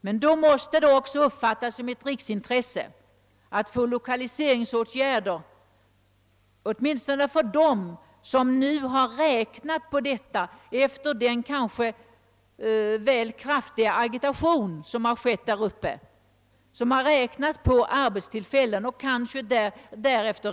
Men då måste det också uppfattas som ett riksintresse, att Ilokaliseringsåtgärder vidtas, och detta särskilt med tanke på dem, som efter den kanske väl kraftiga agitationen där uppe räknat med arbetstillfällen och rättat sitt handlande därefter.